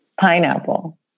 pineapple